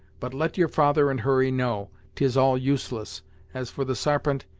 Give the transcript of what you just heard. but let your father and hurry know, tis all useless as for the sarpent,